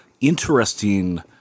interesting